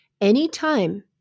Anytime